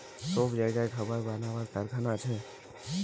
সব জাগায় খাবার বানাবার কারখানা আছে